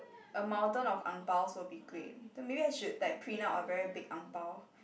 a mountain of ang baos will be great then maybe I should like print out a big ang bao